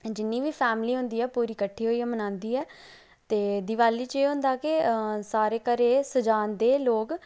जिन्नी बी फैमली हुंदी ऐ पूरी कट्ठी होइये मनांदी ऐ ते दिवाली च एह् होंदा कि सारे घरें गी सजांदे लोग